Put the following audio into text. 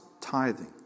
tithing